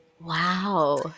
Wow